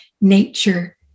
nature